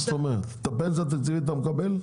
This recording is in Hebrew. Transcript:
את הפנסיה התקציבית אתה מקבל?